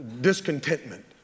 discontentment